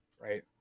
Right